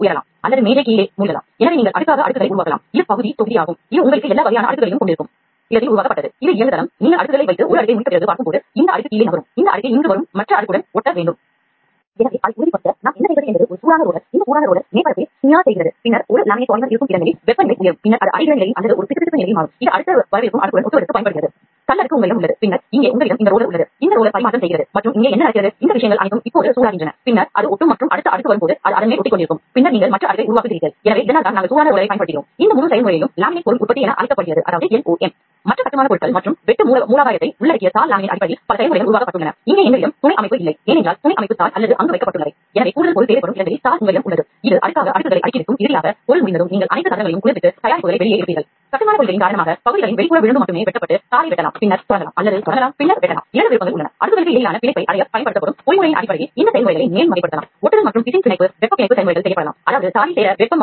உயிர் பிதிர்வு மற்றும் பிற செயல்முறைகள் பற்றியும் இங்கு விவாதிப்போம்